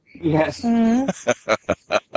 Yes